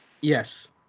yes